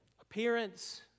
appearance